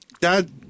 dad